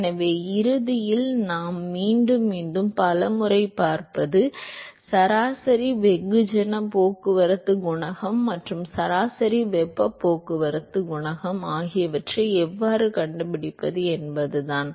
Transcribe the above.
எனவே இறுதியில் நாம் மீண்டும் மீண்டும் பல முறை பார்ப்பது சராசரி வெகுஜன போக்குவரத்து குணகம் மற்றும் சராசரி வெப்ப போக்குவரத்து குணகம் ஆகியவற்றை எவ்வாறு கண்டுபிடிப்பது என்பதுதான்